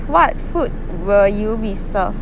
what food will you be served